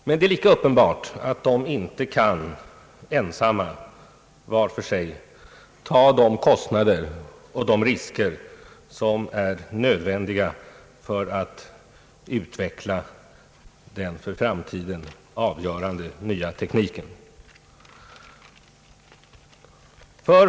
Men det är lika uppenbart att de inte kan ensamma, var för sig, bära de kostnader och de risker som är nödvändiga för att utveckla den för framtiden avgörande nya tekniken.